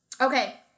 Okay